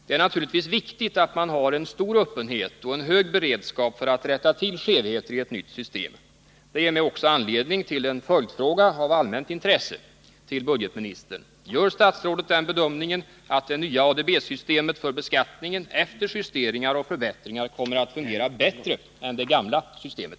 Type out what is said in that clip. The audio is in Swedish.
Det är naturligtvis viktigt: att man har en stor öppenhet och en hög beredskap för att rätta till skevheter i ett nytt system. Det ger mig också anledning till en följdfråga av allmänt intresse till budgetministern: Gör statsrådet den bedömningen att det nya ADB-systemet för beskattningen efter justeringar och förbättringar kommer att kunna fungera bättre än det gamla systemet?